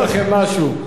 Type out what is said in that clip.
אני רוצה להגיד לכם משהו,